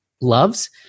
loves